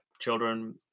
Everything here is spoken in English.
children